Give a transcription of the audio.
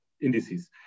indices